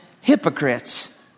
hypocrites